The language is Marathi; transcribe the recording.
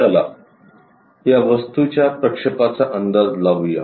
चला या वस्तूच्या प्रक्षेपाचा अंदाज लावू या